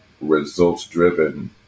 results-driven